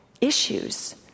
issues